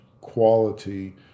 quality